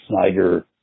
Snyder